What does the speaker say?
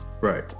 Right